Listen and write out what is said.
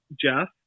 Jeff